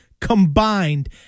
combined